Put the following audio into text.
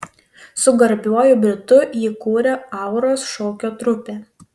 su garbiuoju britu jį kūrė auros šokio trupę